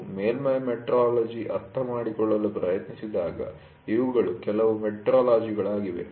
ನಾವು ಮೇಲ್ಮೈ ಮೆಟ್ರೋಲಜಿ ಅರ್ಥಮಾಡಿಕೊಳ್ಳಲು ಪ್ರಯತ್ನಿಸಿದಾಗ ಇವುಗಳು ಕೆಲವು ಟರ್ಮಿನೋಲಜಿ'ಗಳಾಗಿವೆ